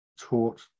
taught